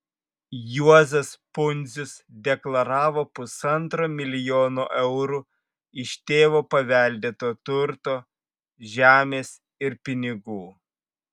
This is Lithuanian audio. juozas pundzius deklaravo pusantro milijono eurų iš tėvo paveldėto turto žemės ir pinigų